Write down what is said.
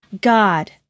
God